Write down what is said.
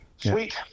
Sweet